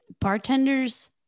bartenders